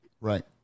right